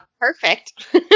perfect